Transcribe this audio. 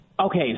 Okay